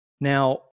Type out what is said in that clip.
Now